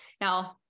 Now